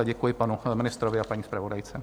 Děkuji panu ministrovi a paní zpravodajce.